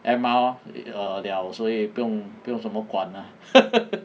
M_R err liao 所以不用不用什么管 ah